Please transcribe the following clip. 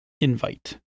invite